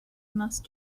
must